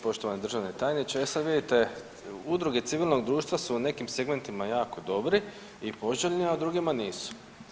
Poštovani državni tajniče, e sad vidite udruge civilnog društva su u nekim segmentima jako dobri i poželjni, a u drugima nisu.